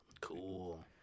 Cool